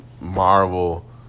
Marvel